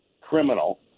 criminal